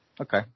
okay